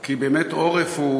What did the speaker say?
כי באמת עורף הוא,